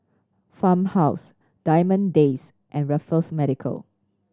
Farmhouse Diamond Days and Raffles Medical